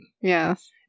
Yes